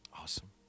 Awesome